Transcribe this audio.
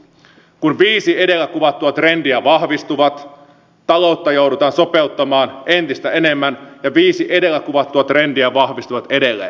kun viisi edellä kuvattua trendiä vahvistuvat taloutta joudutaan sopeuttamaan entistä enemmän ja viisi edellä kuvattua trendiä vahvistuvat edelleen